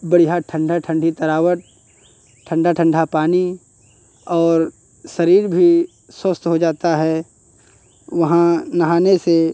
बढ़िया ठंडा ठंडी तरावट ठंडा ठंढा पानी और शरीर भी स्वस्थ हो जाता है वहाँ नहाने से